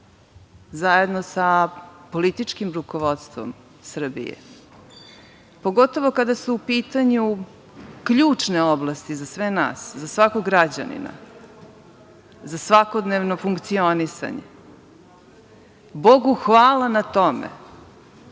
zajedno sa političkim rukovodstvom Srbije, pogotovo kada su u pitanju ključne oblasti za sve nas, za svakog građanina, za svakodnevno funkcionisanje, Bogu hvala na tome,